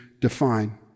define